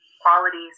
qualities